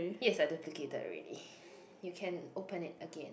this is the duplicated already you can open it again